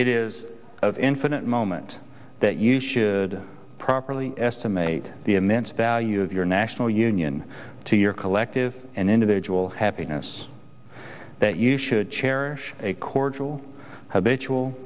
it is of infinite moment that you should properly estimate the immense value of your national union to your collective and individual happiness that you should cherish a cordial